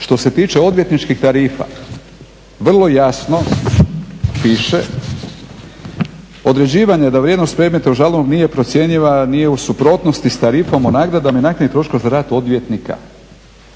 Što se tiče odvjetničkih tarifa, vrlo jasno piše određivanje da vrijednost predmeta u žalbi nije procjenjiva, nije u suprotnosti sa tarifom o nagradama i naknadi troškova za rad odvjetnika.